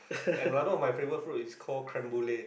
another of my favourite food is called Creme-Brule